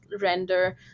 render